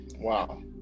Wow